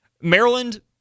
Maryland